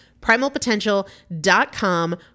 Primalpotential.com